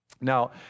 Now